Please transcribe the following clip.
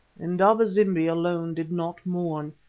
indaba-zimbi alone did not mourn.